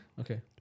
Okay